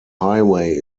highway